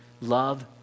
Love